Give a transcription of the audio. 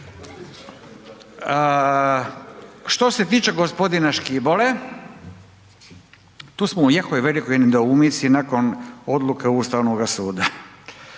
Što se tiče gospodina Škibole, tu smo u jako velikoj nedoumici nakon odluke Ustavnoga suda,